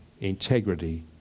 integrity